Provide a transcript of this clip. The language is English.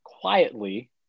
quietly